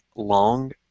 long